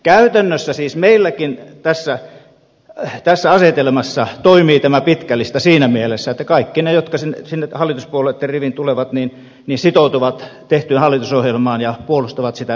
käytännössä siis meilläkin tässä asetelmassa toimii tämä pitkä lista siinä mielessä että kaikki ne jotka sinne hallituspuolueitten riviin tulevat sitoutuvat tehtyyn hallitusohjelmaan ja puolustavat sitä neljä vuotta